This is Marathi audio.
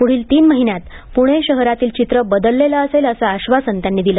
पुढील तीन महिन्यात पुणे शहरातील चित्र बदललेलं असेल असं आश्वासन त्यांनी दिलं